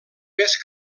més